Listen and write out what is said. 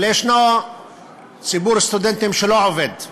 אבל יש ציבור סטודנטים שלא עובד.